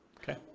Okay